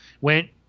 went